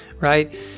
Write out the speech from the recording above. Right